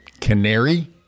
Canary